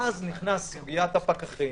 ואז נכנסה סוגיית הפקחים,